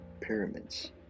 pyramids